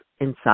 inside